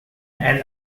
and